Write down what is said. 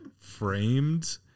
framed